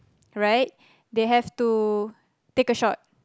right they have to take a shot